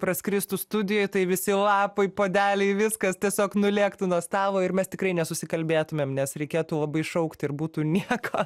praskristų studijoj tai visi lapai puodeliai viskas tiesiog nulėktų nuo stalo ir mes tikrai nesusikalbėtumėm nes reikėtų labai šaukti ir būtų nieko